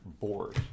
board